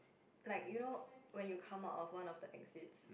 like you know when you come out of one of the exit